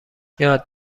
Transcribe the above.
یاد